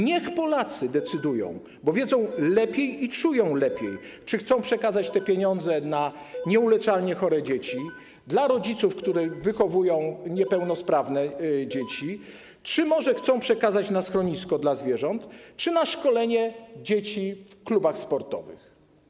Niech Polacy decydują, bo wiedzą lepiej i czują lepiej, czy chcą przekazać te pieniądze na nieuleczalnie chore dzieci, dla rodziców, którzy wychowują niepełnosprawne dzieci, czy może chcą przekazać je na schronisko dla zwierząt albo na szkolenie dzieci w klubach sportowych.